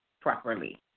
properly